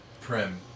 Prim